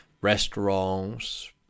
restaurants